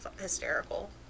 hysterical